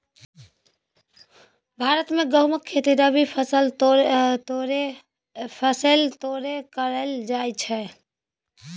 भारत मे गहुमक खेती रबी फसैल तौरे करल जाइ छइ